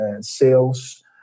sales